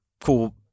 cool